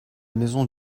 maison